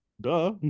Duh